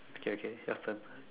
okay okay your turn